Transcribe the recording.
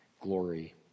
glory